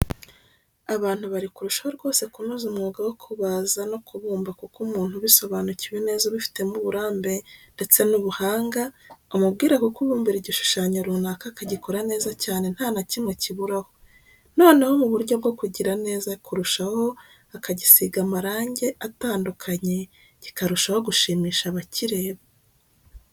Abantu bari kurushaho rwose kunoza umwuga wo kubaza no kubumba kuko umuntu ubisobanukiwe neza ubifitemo uburambe ndetse n'ubuhanga umubwira kukubumbira igishushanyo runaka akagikora neza cyane nta nakimwe kiburaho, noneho mu buryo bwo kugira neza kurushaho akagisinga amarangi atandukanye kikarushaho gushimisha abakireba.